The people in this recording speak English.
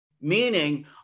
meaning